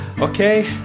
Okay